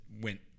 went